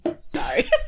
Sorry